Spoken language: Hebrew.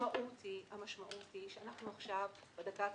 והמשמעות היא שאנחנו עכשיו בדקה ה-99.